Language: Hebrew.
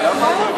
למה?